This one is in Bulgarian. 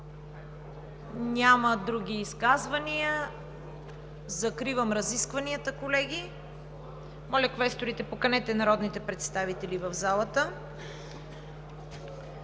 Няма други изказвания. Закривам разискванията, колеги. Моля, квесторите, поканете народните представители в залата.